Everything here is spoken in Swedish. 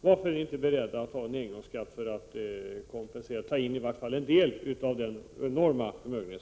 Varför är ni inte beredda att ta ut en engångsskatt för att ta in i vart fall en del av denna enorma förmögenhet?